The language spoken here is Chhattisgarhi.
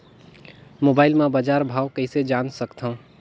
मोबाइल म बजार भाव कइसे जान सकथव?